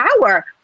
power